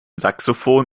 saxophon